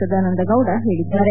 ಸದಾನಂದಗೌಡ ಹೇಳಿದ್ದಾರೆ